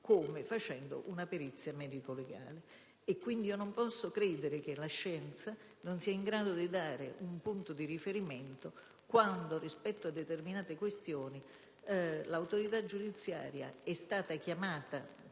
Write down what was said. facendo una perizia medico‑legale. Non posso credere che la scienza non sia stata in grado di dare un punto di riferimento, quando, rispetto a determinate questioni, l'autorità giudiziaria è stata chiamata